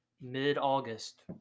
mid-August